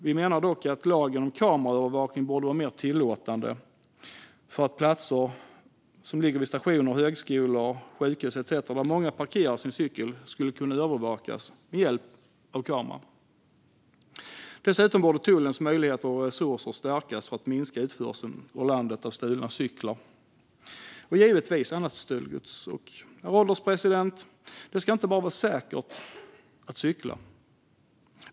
Vi menar dock att lagen om kameraövervakning borde vara mer tillåtande så att platser som ligger vid stationer, högskolor, sjukhus etcetera, där många parkerar sin cykel, skulle kunna övervakas med hjälp av kamera. Dessutom borde tullens möjligheter och resurser stärkas för att minska utförseln av stulna cyklar - och givetvis även annat stöldgods - ur landet. Herr ålderspresident! Det ska inte bara vara säkert att cykla.